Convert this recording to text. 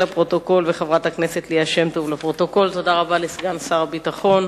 את שר הביטחון